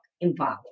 involved